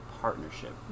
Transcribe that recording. partnership